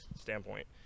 standpoint